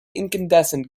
incandescent